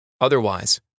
Otherwise